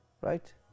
right